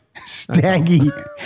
Staggy